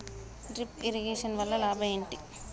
Drip irrigation వల్ల లాభం ఏంటి?